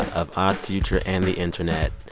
of odd future and the internet,